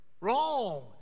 Wrong